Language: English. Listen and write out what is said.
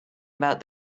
about